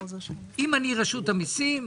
אם אני רשות המיסים,